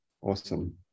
Awesome